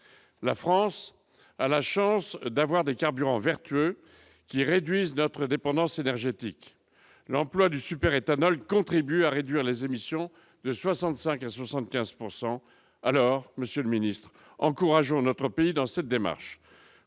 La France a la chance d'avoir des carburants vertueux, qui réduisent notre dépendance énergétique. L'emploi du super-éthanol contribue à réduire les émissions de 65 % à 75 %. Alors, monsieur le secrétaire d'État, encourageons notre pays dans cette démarche.